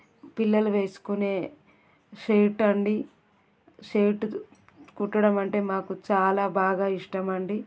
పిల్లలు వేసుకునే షెట్ అండి షెట్ కుట్టడమంటే మాకు చాలా బాగా ఇష్టమండి